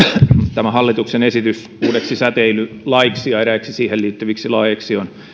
tämä hallituksen esitys uudeksi säteilylaiksi ja eräiksi siihen liittyviksi laeiksi on